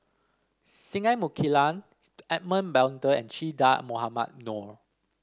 Singai Mukilan Edmund Blundell and Che Dah Mohamed Noor